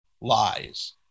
lies